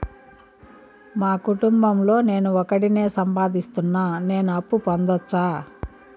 మా కుటుంబం లో నేను ఒకడినే సంపాదిస్తున్నా నేను అప్పు పొందొచ్చా